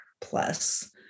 plus